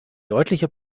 deutliche